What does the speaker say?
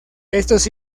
estos